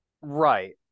right